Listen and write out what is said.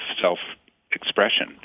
self-expression